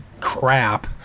crap